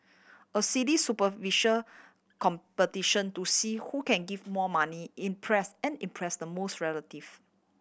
a silly superficial competition to see who can give more money impress and impress the most relative